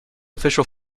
official